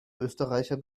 österreicher